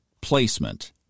placement